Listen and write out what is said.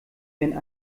wenn